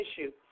issue